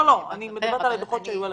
אני מדברת על הדוחות שהיו עליכם.